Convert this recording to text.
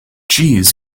jeez